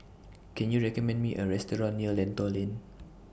Can YOU recommend Me A Restaurant near Lentor Lane